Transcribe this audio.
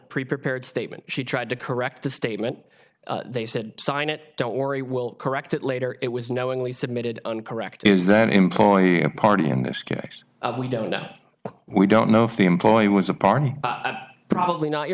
a prepared statement she tried to correct the statement they said sign it don't worry we'll correct it later it was knowingly submitted and correct is that employee a party in this case we don't know we don't know if the employee was a party probably not your